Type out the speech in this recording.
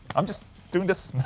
i'm just doing this